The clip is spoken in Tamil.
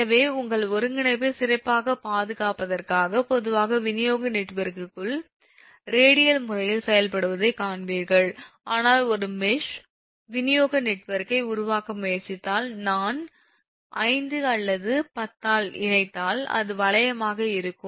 எனவே உங்கள் ஒருங்கிணைப்பை சிறப்பாகப் பாதுகாப்பதற்காக பொதுவாக விநியோக நெட்வொர்க்குகள் ரேடியல் முறையில் செயல்படுவதை காண்பீர்கள் ஆனால் ஒரு மெஷ் விநியோக நெட்வொர்க்கை உருவாக்க முயற்சித்தால் நான் 5 மற்றும் 10 இல் இணைந்தால் அது வளையமாக இருக்கும்